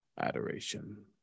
adoration